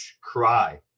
cry